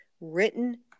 written